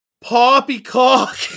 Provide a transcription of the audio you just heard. Poppycock